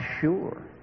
sure